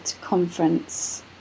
conference